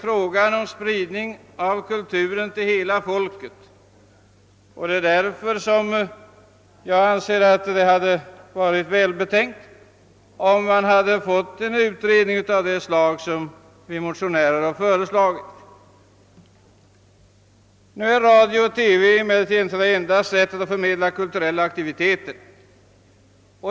I massmedia förekommer ju en spridning av kulturen till hela folket, och därför tycker jag det vore tacknämligt att få en utredning av det slag som vi motionärer har föreslagit. Nu är emellertid inte radio och TV det enda sätt vi har att förmedla kulturella aktiviteter på.